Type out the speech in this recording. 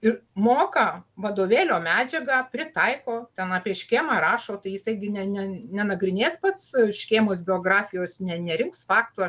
ir moka vadovėlio medžiagą pritaiko ten apie škėmą rašo tai jisai gi ne ne nenagrinės pats škėmos biografijos ne nerinks faktų